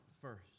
first